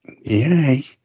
Yay